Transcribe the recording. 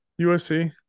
USC